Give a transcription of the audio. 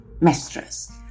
mistress